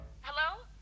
Hello